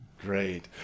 Great